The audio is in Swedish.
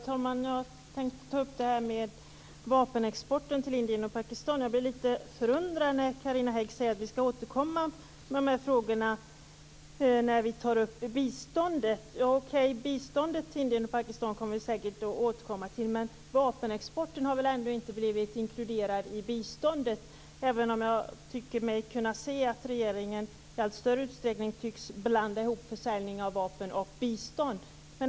Herr talman! Jag tänkte ta upp frågan om vapenexporten till Indien och Pakistan. Jag blev lite förundrad när Carina Hägg sade att vi skall återkomma till frågan i samband med biståndet. Okej, vi kommer säkert att återkomma till frågan om bistånd till Indien och Pakistan, men vapenexporten har väl ändå inte blivit inkluderad i biståndet. Men jag tycker mig se att regeringen i allt större utsträckning blandar ihop försäljning av vapen och bistånd.